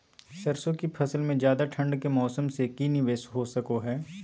सरसों की फसल में ज्यादा ठंड के मौसम से की निवेस हो सको हय?